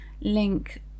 link